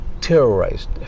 terrorized